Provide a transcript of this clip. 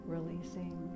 Releasing